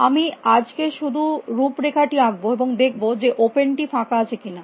আমি আজকে শুধু রূপরেখাটি আঁকব এবং দেখব যে ওপেন টি ফাঁকা আছে কিনা